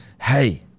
Hey